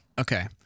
okay